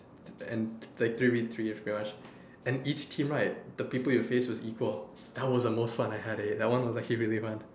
and like three v three is pretty much and each team right the people you face is equal that was the most fun I had eh that one was actually really fun